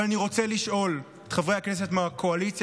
אבל אני רוצה לשאול את חברי כנסת מהקואליציה,